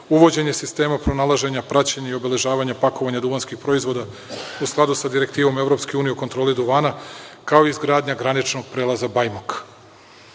uvođenje sistema pronalaženja praćenja i obeležavanja pakovanja duvanskih proizvoda u skladu sa direktivom EU o kontroli duvana, kao i izgradnja graničnog prelaza